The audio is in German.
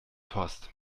post